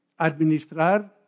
administrar